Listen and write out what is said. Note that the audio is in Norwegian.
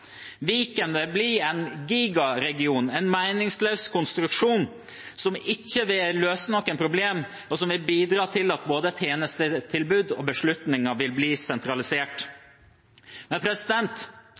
Viken vil bli en gigaregion, en meningsløs konstruksjon som ikke vil løse noen problemer, og som vil bidra til at både tjenestetilbud og beslutninger vil bli sentralisert.